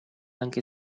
anche